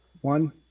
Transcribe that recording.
one